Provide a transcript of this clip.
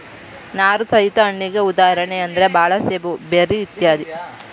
ನಾರು ಸಹಿತ ಹಣ್ಣಿಗೆ ಉದಾಹರಣೆ ಅಂದ್ರ ಬಾಳೆ ಸೇಬು ಬೆರ್ರಿ ಇತ್ಯಾದಿ